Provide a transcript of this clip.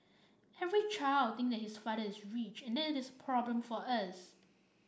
every child think his father is rich and that is a problem for us